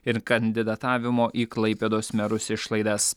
ir kandidatavimo į klaipėdos merus išlaidas